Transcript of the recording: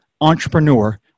entrepreneur